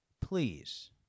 Please